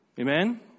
Amen